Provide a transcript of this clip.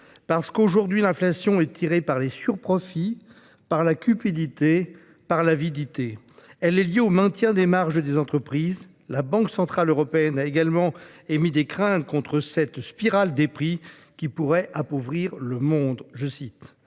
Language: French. parce que, aujourd'hui, l'inflation est tirée par les superprofits, la cupidité, l'avidité. Elle est liée au maintien des marges des entreprises. La Banque centrale européenne a également émis des craintes contre cette spirale des prix « qui pourrait appauvrir tout le monde ».